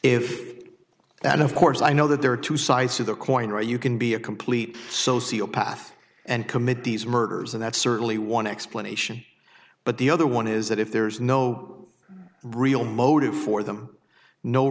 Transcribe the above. if and of course i know that there are two sides of the coin or you can be a complete sociopath and commit these murders and that's certainly one explanation but the other one is that if there is no real motive for them no